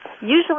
Usually